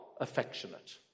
affectionate